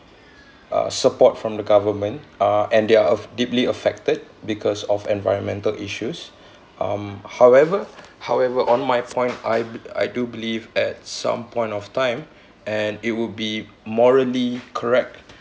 uh support from the government uh and they are of deeply affected because of environmental issues um however however on my point I be~ I do believe at some point of time and it would be morally correct